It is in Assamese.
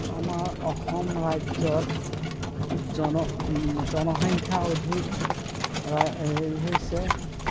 আমাৰ অসম ৰাজ্যত জন জনসংখ্যা অধিক হেৰি হৈছে